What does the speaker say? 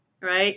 right